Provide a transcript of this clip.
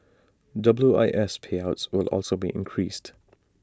W I S payouts will also be increased